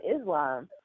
Islam